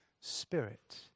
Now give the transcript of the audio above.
Spirit